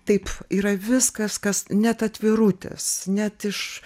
taip yra viskas kas net atvirutės net iš